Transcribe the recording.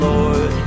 Lord